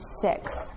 six